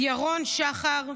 ירון שחר,